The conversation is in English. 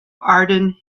arden